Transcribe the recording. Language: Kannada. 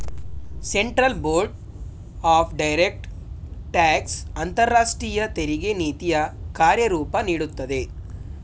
central board of direct tax ಅಂತರಾಷ್ಟ್ರೀಯ ತೆರಿಗೆ ನೀತಿಯ ಕಾರ್ಯರೂಪ ನೀಡುತ್ತದೆ